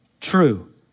true